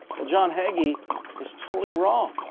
well, john hagee is totally wrong.